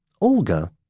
Olga